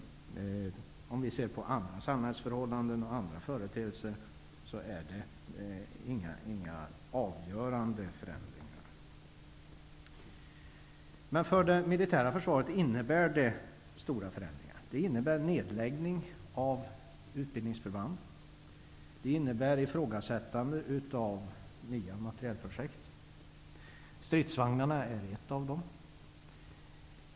När det gäller andra samhällsförhållanden och företeelser innebär detta inte några avgörande förändringar. Men för det militära försvaret innebär det stora förändringar. Det betyder nedläggning av utbildningsförband och ifrågasättande av nya materielprojekt. Stridsvagnarna är ett av de projekten.